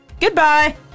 Goodbye